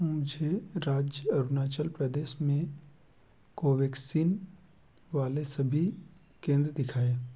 मुझे राज्य अरुणाचल प्रदेश में को वैक्सीन वाले सभी केंद्र दिखाएँ